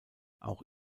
auch